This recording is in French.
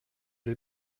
l’ai